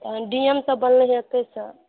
D M सभ बनलै हँ एतैसँ